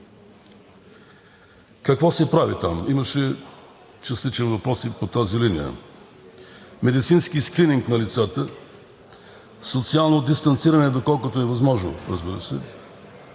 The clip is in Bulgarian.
Какво се прави там – имаше частичен въпрос и по тази линия? Медицински скрининг на лицата; социално дистанциране, доколкото е възможно, разбира се;